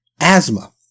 asthma